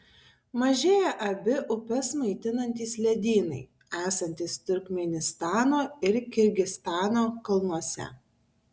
mažėja abi upes maitinantys ledynai esantys turkmėnistano ir kirgizstano kalnuose